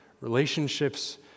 Relationships